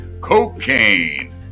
Cocaine